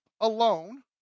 alone